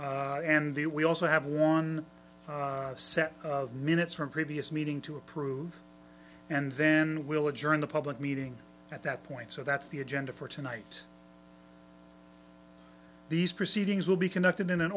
and the we also have one set of minutes from previous meeting to approve and then we'll adjourn the public meeting at that point so that's the agenda for tonight these proceedings will be conducted in an